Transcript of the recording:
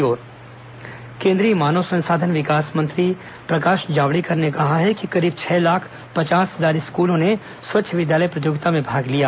स्वच्छता अभियान केंद्रीय मानव संसाधन विकास मंत्री प्रकाश जावडेकर ने कहा है कि करीब छह लाख पचास हजार स्कूलों ने स्वच्छ विद्यालय प्रतियोगिता में भाग लिया